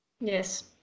Yes